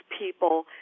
people